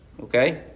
Okay